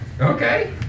Okay